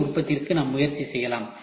சிறிய உற்பத்திக்கு நாம் முயற்சி செய்யலாம்